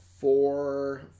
four